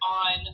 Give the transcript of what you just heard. on